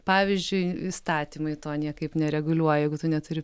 pavyzdžiui įstatymai to niekaip nereguliuoja jeigu tu neturi